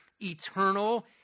eternal